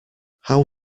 how